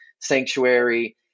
sanctuary